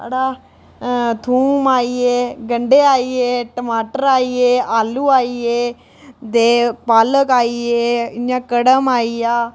साढ़े थूम आई गे गंढे आई गे टमाटर आई गे आलू आई गे ते पालक आई गेआ इयां कड़म आई गेआ'